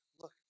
look